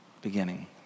beginning